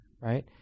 right